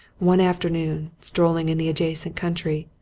one afternoon, strolling in the adjacent country,